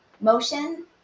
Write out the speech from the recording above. motion